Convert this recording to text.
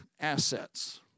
assets